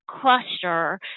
cluster